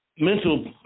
mental